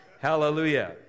Hallelujah